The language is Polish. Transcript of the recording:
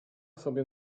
sobie